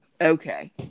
Okay